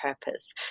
purpose